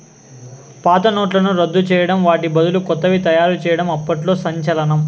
పాత నోట్లను రద్దు చేయడం వాటి బదులు కొత్తవి తయారు చేయడం అప్పట్లో సంచలనం